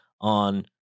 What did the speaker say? on